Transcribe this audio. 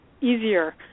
easier